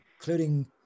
including